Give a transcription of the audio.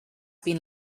been